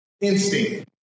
instinct